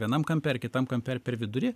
vienam kampe ar kitam kampe ar per vidurį